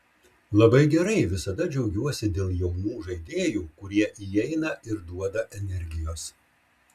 labai gerai visada džiaugiuosi dėl jaunų žaidėjų kurie įeina ir duoda energijos